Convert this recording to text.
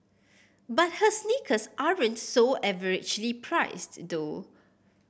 but her sneakers aren't so averagely priced though